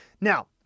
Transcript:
now